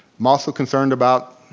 i'm also concerned about